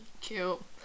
Cute